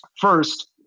first